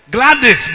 Gladys